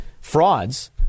frauds